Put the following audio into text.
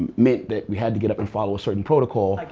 meant that we had to get up and follow a certain protocol.